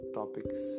topics